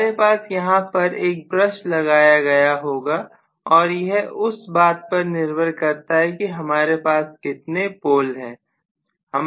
हमारे पास यहां पर एक ब्रश लगाया गया होगा और यह उस बात पर निर्भर करता है कि हमारे पास कितने पोल हैं